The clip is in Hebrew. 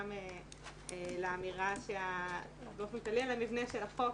גם לאמירה באופן כללי על המבנה של החוק,